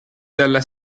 dalla